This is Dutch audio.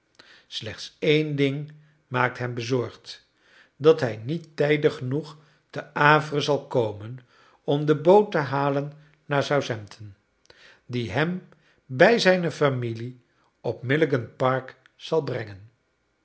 slechts één ding maakt hem bezorgd dat hij niet tijdig genoeg te hâvre zal komen om de boot te halen naar southampton die hem bij zijne familie op milligan park zal brengen